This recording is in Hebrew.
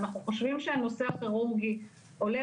אנחנו חושבים שהנושא הכירורגי עולה